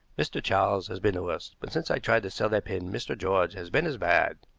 mr. charles has been the worst but since i tried to sell that pin mr. george has been as bad.